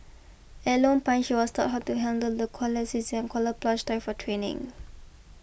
at Lone Pine she was taught how to handle the koalas a koala plush toy for training